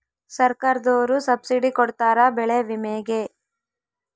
ಸರ್ಕಾರ್ದೊರು ಸಬ್ಸಿಡಿ ಕೊಡ್ತಾರ ಬೆಳೆ ವಿಮೆ ಗೇ